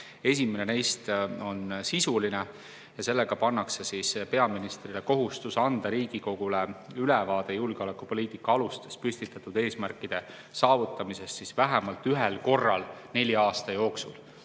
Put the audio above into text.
esimene neist on sisuline. Sellega pannakse peaministrile kohustus anda Riigikogule ülevaade julgeolekupoliitika alustes püstitatud eesmärkide saavutamisest vähemalt ühel korral nelja aasta jooksul.